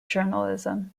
journalism